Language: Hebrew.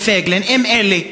אם פייגלין, אלה,